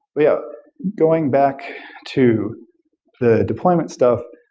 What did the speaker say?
yeah going back to the deployment stuff,